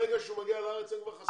ברגע שהוא מגיע לארץ, כבר אין חסמים.